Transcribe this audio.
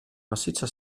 massiccia